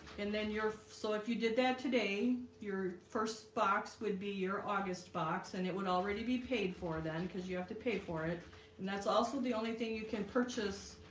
and then your so if you did that today your first box would be your august box and it would already be paid for then because you have to pay for it and that's also the only thing you can purchase